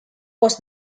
was